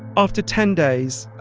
after ten days,